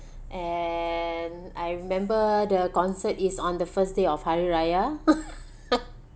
and I remember the concert is on the first day of hari raya